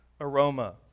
aroma